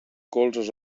colzes